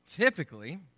Typically